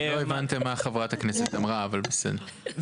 לא הבנתם מה חברת הכנסת אמרה, אבל בסדר.